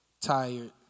tired